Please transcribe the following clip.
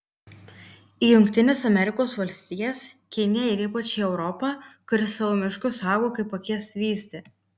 į jungtines amerikos valstijas kiniją ir ypač į europą kuri savo miškus saugo kaip akies vyzdį